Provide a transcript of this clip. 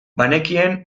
banekien